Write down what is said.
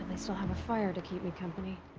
at least i'll have a fire to keep me company.